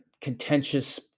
contentious